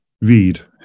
read